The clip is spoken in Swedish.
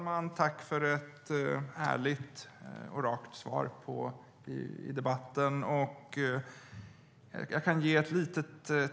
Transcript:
Fru talman! Jag vill tacka Helene Hellmark Knutsson för ett ärligt och rakt svar i debatten.